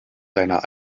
der